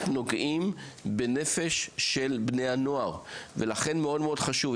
נוגעים בנפש של בני הנוער ולכן מאוד מאוד חשוב,